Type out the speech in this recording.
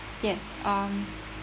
yes um